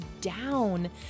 down